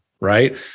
Right